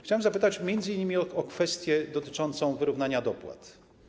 Chciałem zapytać m.in. o kwestię dotyczącą wyrównania dopłat.